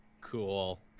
Cool